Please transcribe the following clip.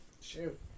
shoot